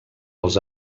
els